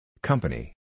Company